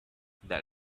that